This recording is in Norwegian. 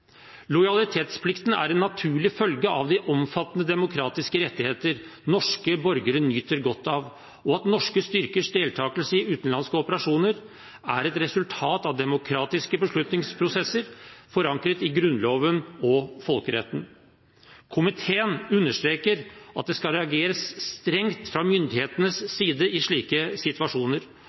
Lojalitetsplikten er en naturlig følge av de omfattende demokratiske rettigheter norske borgere nyter godt av, og at norske styrkers deltakelse i utenlandske operasjoner er et resultat av demokratiske beslutningsprosesser forankret i Grunnloven og folkeretten. Komiteen understreker at det skal reageres strengt fra myndighetenes side i slike situasjoner,